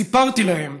סיפרתי להם